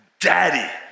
daddy